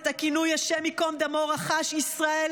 את הכינוי "השם ייקום דמו" רכש ישראל,